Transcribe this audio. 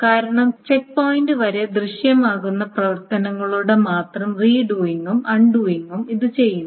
കാരണം checkpoint വരെ ദൃശ്യമാകുന്ന പ്രവർത്തനങ്ങളുടെ മാത്രം റീഡൂയിംഗും അൺഡൂയിംഗും ഇത് ചെയ്യുന്നു